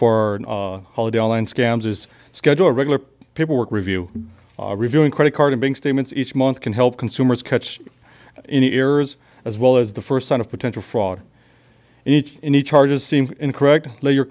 is schedule regular people work review reviewing credit card and being statements each month can help consumers catch any errors as well as the first sign of potential fraud each in the charges seem incorrect or your